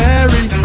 Mary